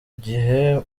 gihe